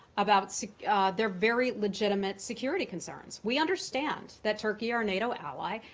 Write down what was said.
about their very legitimate security concerns. we understand that turkey, our nato ally,